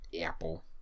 Apple